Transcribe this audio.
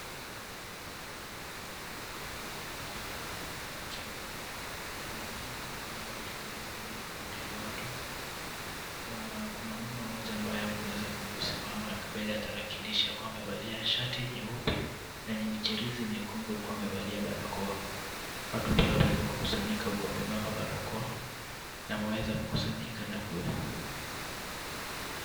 Watu wameweza kukusanyika katika sehemu. Wameweza kukaa katika makundi ya watu. Kuna mama mmoja ambaye ameweza kusimama mbele ya tarakilishi akiwa amevalia shati nyeupe yenye michirizi mekundu akiwa amevalia barakoa. Watu pia wameweza kukusanyika huku wamevaa mabarakoa na wameweza kukusanyika na kue.